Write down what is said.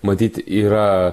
matyt yra